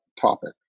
topic